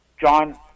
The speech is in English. John